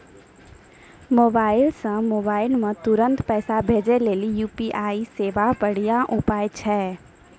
mobile से mobile मे तुरन्त पैसा भेजे लेली यू.पी.आई सबसे बढ़िया उपाय छिकै